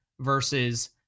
versus